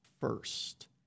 first